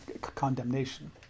condemnation